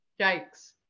Yikes